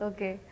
Okay